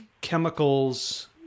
chemicals